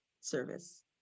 service